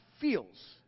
feels